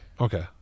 Okay